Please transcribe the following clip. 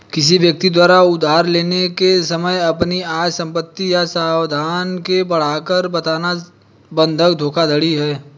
किसी व्यक्ति द्वारा उधार लेने के समय अपनी आय, संपत्ति या साधनों की बढ़ाकर बताना बंधक धोखाधड़ी है